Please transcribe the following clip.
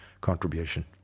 contribution